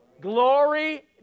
Glory